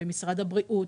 במשרד הבריאות,